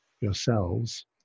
yourselves